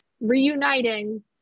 reuniting